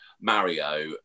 Mario